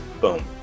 boom